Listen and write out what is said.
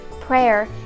prayer